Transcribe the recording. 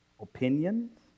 opinions